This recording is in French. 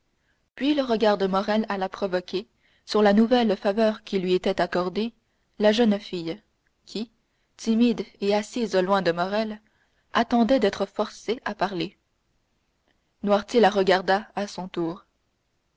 puis le regard de morrel alla provoquer sur la nouvelle faveur qui lui était accordée la jeune fille qui timide et assise loin de morrel attendait d'être forcée à parler noirtier la regarda à son tour